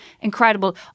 incredible